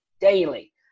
daily